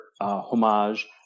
homage